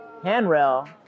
handrail